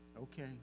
okay